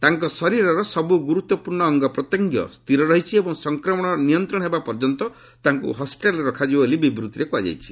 ତାଙ୍କ ଶରୀରର ସବୁ ଗୁରୁତ୍ୱପୂର୍ଣ୍ଣ ଅଙ୍ଗପତ୍ୟଙ୍ଗ ସ୍ଥିର ରହିଛି ଏବଂ ସଂକ୍ମଣ ନିୟନ୍ତ୍ରଣ ହେବା ପର୍ଯ୍ୟନ୍ତ ତାଙ୍କ ହସ୍କିଟାଲ୍ରେ ରଖାଯିବ ବୋଲି ବିବୂଭିରେ କୁହାଯାଇଛି